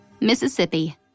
Mississippi